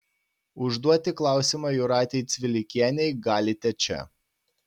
užduoti klausimą jūratei cvilikienei galite čia